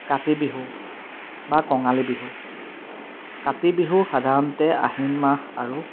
কাতি বিহু বা কঙালী বিহু কাতি বিহু সাধাৰণতে আহিন মাহ আৰু